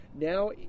Now